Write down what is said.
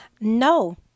no